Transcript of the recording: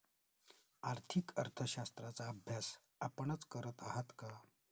आर्थिक अर्थशास्त्राचा अभ्यास आपणच करत आहात का?